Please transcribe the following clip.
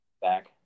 back